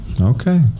Okay